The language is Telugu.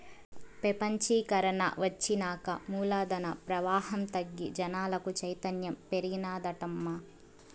పెపంచీకరన ఒచ్చినాక మూలధన ప్రవాహం తగ్గి జనాలకు చైతన్యం పెరిగినాదటమ్మా